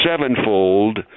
sevenfold